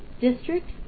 district